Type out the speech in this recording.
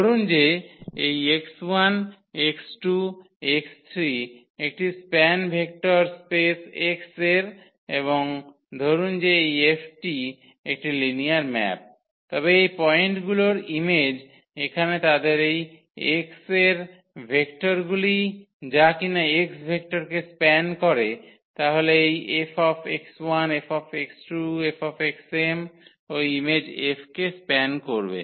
ধরুন যে এই x1 x2xm একটি স্প্যান ভেক্টর স্পেস X এর এবং ধরুন যে এই F টি একটি লিনিয়ার ম্যাপ তবে এই পয়েন্টগুলোর ইমেজ এখানে তাদের এই x এর ভেক্টরগুলি যা কিনা X ভেক্টরকে স্প্যান করে তাহলে এই 𝐹 𝐹 𝐹 ও ইমেজ 𝐹 কে স্প্যান করবে